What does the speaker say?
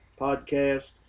Podcast